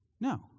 No